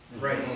Right